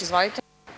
Izvolite.